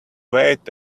wait